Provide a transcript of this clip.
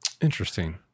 Interesting